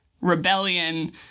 rebellion